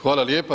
Hvala lijepa.